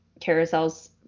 carousels